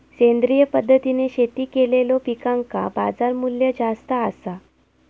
सेंद्रिय पद्धतीने शेती केलेलो पिकांका बाजारमूल्य जास्त आसा